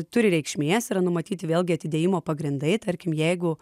turi reikšmės yra numatyti vėlgi atidėjimo pagrindai tarkim jeigu